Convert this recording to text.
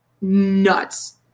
nuts